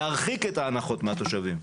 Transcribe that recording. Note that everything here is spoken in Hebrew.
אלא להרחיק את ההנחות מהתושבים.